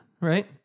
Right